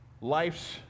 life's